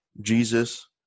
Jesus